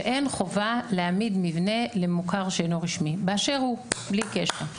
שאין חובה להעמיד מבנה למוכר שאינו רשמי באשר הוא בלי קשר,